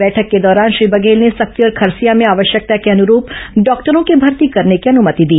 बैठक के दौरान श्री बघेल ने सक्ती और खरसिया में आवश्यकता के अनुरूप डॉक्टरों की भर्ती करने की अनुमति दी